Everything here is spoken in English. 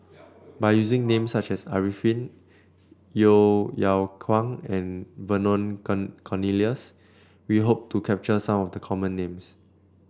by using names such as Arifin Yeo Yeow Kwang and Vernon Cornelius we hope to capture some of the common names